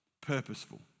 purposeful